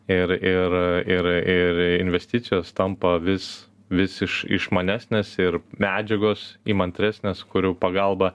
ir ir ir ir investicijos tampa vis vis iš išmanesnės ir medžiagos įmantresnės kurių pagalba